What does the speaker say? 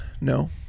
No